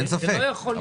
זה לא יכול להיות.